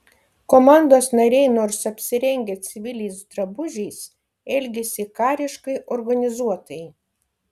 komandos nariai nors apsirengę civiliais drabužiais elgėsi kariškai organizuotai